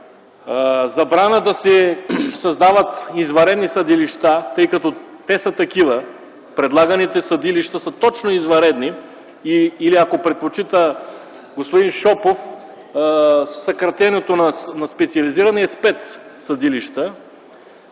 забрана да се създават извънредни съдилища, тъй като те са такива. Предлаганите съдилища са точно извънредни или ако предпочита господин Шопов съкратеното на специализирания е спецсъдилища.